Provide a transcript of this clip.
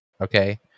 Okay